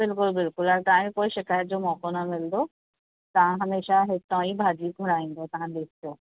बिल्कुलु बिल्कुलु ऐं तव्हांखे कोई शिकायत जो मौक़ो न मिलंदो तव्हां हमेशा हितां ई भाॼी घुराईंदव तव्हां ॾिसिजो